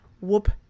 whoop